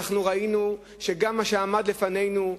ראינו שגם מה שעמד לפנינו,